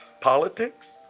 politics